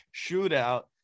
Shootout